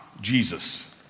Jesus